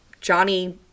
Johnny